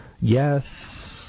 Yes